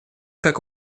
как